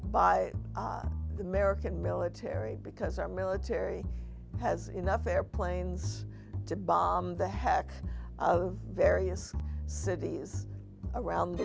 by the american military because our military has enough airplanes to bomb the heck of various cities around